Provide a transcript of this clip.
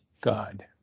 God